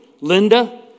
Linda